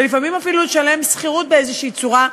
ולפעמים אפילו לשלם שכירות באיזו צורה,